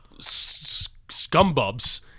scumbubs